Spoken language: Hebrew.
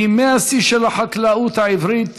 בימי השיא של החקלאות העברית,